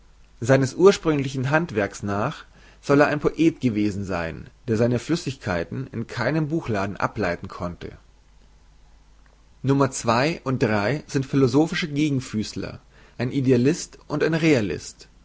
seines ursprünglichen handwerks nach soll er ein poet gewesen sein der seine flüssigkeiten in keinen buchladen ableiten konnte no und sind philosophische gegenfüßler ein idealist und ein realist